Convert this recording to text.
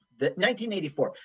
1984